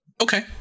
Okay